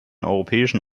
europäischen